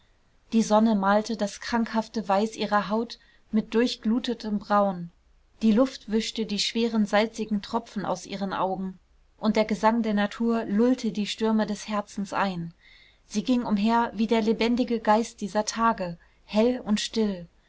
die sonne malte das krankhafte weiß ihrer haut mit durchglutetem braun die luft wischte die schweren salzigen tropfen aus ihren augen und der gesang der natur lullte die stürme des herzens ein sie ging umher wie der lebendige geist dieser tage hell und still